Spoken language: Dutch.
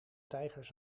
tijgers